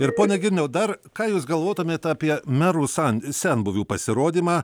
ir pone girniau dar ką jūs galvotumėt apie merų san senbuvių pasirodymą